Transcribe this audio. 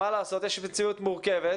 מה לעשות, יש מציאות מורכבת